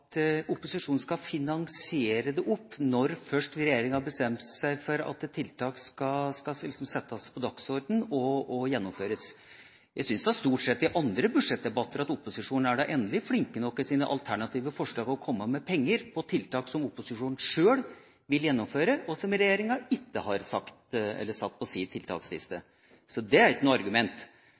at opposisjonen skal finansiere det opp når regjeringa først har bestemt seg for at tiltak skal settes på dagsordenen og gjennomføres. Jeg syns stort sett at opposisjonen i andre budsjettdebatter er flink nok til å komme med penger og tiltak når det gjelder alternative forslag som opposisjonen sjøl vil gjennomføre, og som regjeringa ikke har satt på sin tiltaksliste. Så det er ikke noe